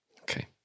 Okay